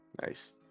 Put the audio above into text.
Nice